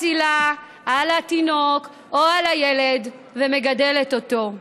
צילן על התינוק או על הילד ומגדלות אותו.